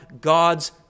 God's